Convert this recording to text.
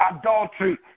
adultery